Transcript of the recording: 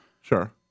Sure